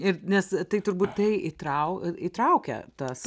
ir nes tai turbūt tai įtrau įtraukia tas